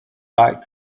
biked